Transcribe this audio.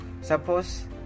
suppose